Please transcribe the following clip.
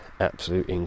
absolute